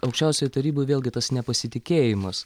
aukščiausioj taryboj vėlgi tas nepasitikėjimas